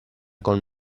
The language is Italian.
con